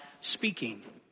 speaking